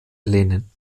lenin